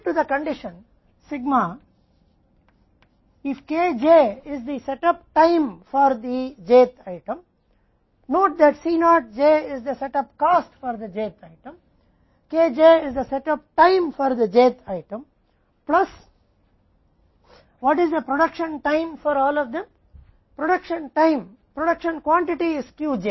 तो स्थिति सिग्मा के अधीन है यदि K j j h item के लिए सेटअप समय है तो ध्यान दें कि C naught j j th वस्तु के लिए सेटअप लागत है K j j th item plus के लिए सेटअप समय है